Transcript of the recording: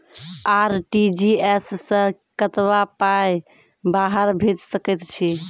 RTGS सअ कतबा पाय बाहर भेज सकैत छी?